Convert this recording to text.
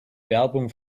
werbung